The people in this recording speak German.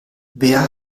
wer